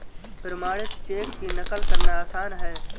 प्रमाणित चेक की नक़ल करना आसान है